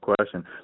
question